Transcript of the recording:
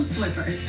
Swiffer